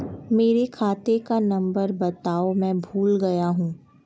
मेरे खाते का नंबर बताओ मैं भूल गया हूं